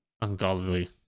ungodly